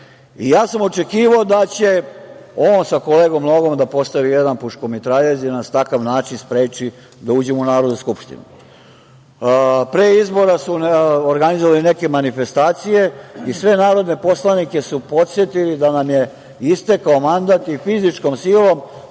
Ja sam očekivao da će on sa kolegom Nogom da postavi jedan puško mitraljez i da nas na takav način spreči da uđemo u Narodnu skupštinu. Pre izbora su organizovali neke manifestacije i sve narodne poslanike su podsetili da nam je istekao mandat i fizičkom silom